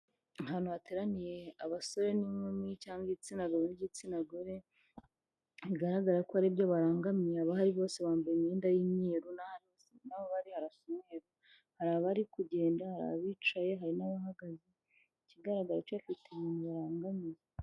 Ahantu hateraniye abasore n'inkumi cyangwa igitsina gabo n'igitsina gore, bigaragara ko hari ibyo barangamiye, abahari bose bambaye imyenda y'imyeru n'aho bari harasa umweru, hari abari kugenda, hari abicaye, hari n'abahagaze, ikigaragara cyo bafite umuntu barangamiye.